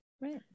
Right